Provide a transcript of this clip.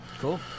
Cool